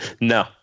No